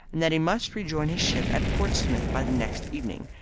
and that he must rejoin his ship at portsmouth by the next evening.